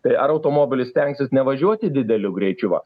tai ar automobilis stengsis ne važiuoti dideliu greičiu va